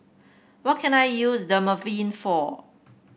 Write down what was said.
what can I use Dermaveen for